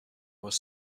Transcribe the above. was